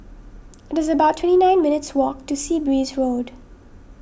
it's about twenty nine minutes' walk to Sea Breeze Road